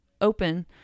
open